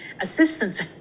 assistance